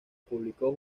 publicó